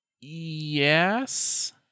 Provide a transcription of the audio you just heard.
Yes